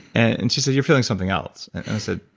and and she said, you're feeling something else. i said,